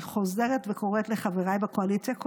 אני חוזרת וקוראת לחבריי בקואליציה,